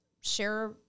share